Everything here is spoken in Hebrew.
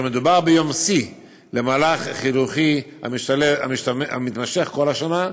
מדובר ביום שיא של מהלך חינוכי המתמשך כל השנה,